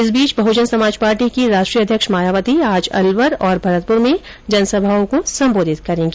इस बीच बहुजन समाज पार्टी की राष्ट्रीय अध्यक्ष मायावती आज अलवर और भरतपुर में जनसभाओं को सम्बोधित करेंगी